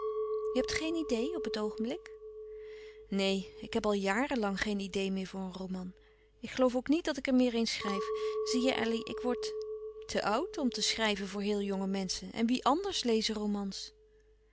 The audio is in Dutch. je hebt geen idee op het oogenblik neen ik heb al jaren lang geen idee meer voor een roman ik geloof ook niet dat ik er meer een schrijf zie je elly ik word te oud om te schrijven voor heel jonge menschen en wie anders lezen romans